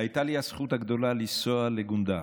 הייתה לי הזכות הגדולה לנסוע לגונדר,